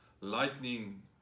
lightning